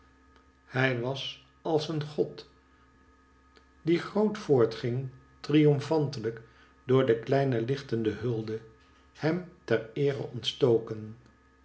hij was als een god die groot voortging triomfantelijk door de kleine lichtende hulde hem ter eere ontstoken